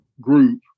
group